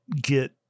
get